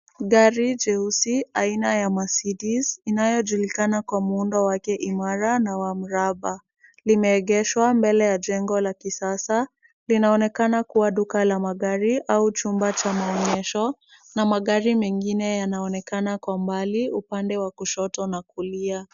Gari jeusi aina ya Mercedes inayojulikana kwa muundo wake imara na wa mraba. Limeegeshwa mbele ya jengo la kisasa. Linaonekana kuwa duka la magari au chumba cha maonyesho na magari mengine yanaonekana kwa mbali upande wa kushoto na kulia.